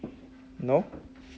no